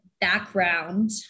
background